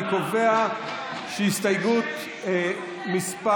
אני קובע שהסתייגות מס'